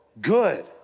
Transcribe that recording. good